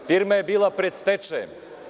Firma je bila pred stečajem.